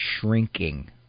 shrinking